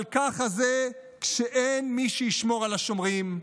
אבל ככה זה כשאין מי שישמור על השומרים,